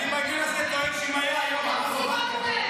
אני טוען שאם היה היום הרב עובדיה,